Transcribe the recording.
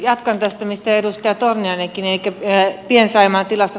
jatkan tästä mistä edustaja torniainenkin elikkä pien saimaan tilasta